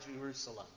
Jerusalem